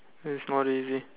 it's not easy